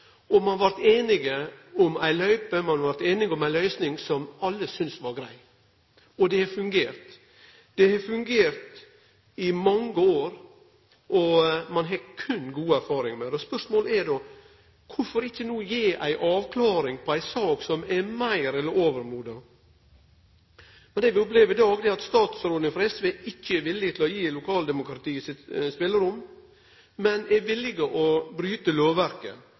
om ei løype og ei løysing som alle syntest var grei – og det har fungert. Det har fungert i mange år, og ein har berre gode erfaringar med det. Spørsmålet er då: Kvifor ikkje gi ei avklaring i ei sak som er meir enn overmoden for ei avklaring? Det vi opplever i dag, er at statsråden frå SV ikkje er villig til å gi lokaldemokratiet spelerom, men er villig til å bryte lovverket